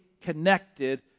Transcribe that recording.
connected